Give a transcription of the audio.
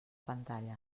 pantalla